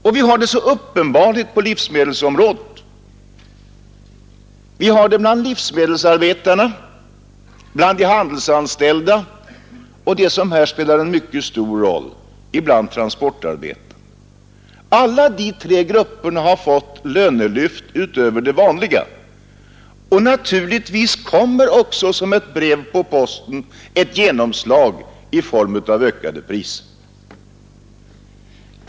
Det gäller särskilt uppenbart på livsmedelsområdet — det gäller livsmedelsar betarna, de handelsanställda och de som här spelar en mycket stor roll: transportarbetarna. Alla de tre grupperna har fått lönelyft utöver de vanliga, och naturligtvis kommer också som ett brev på posten ett genomslag i form av ökade priser.